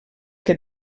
que